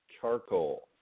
charcoal